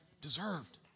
deserved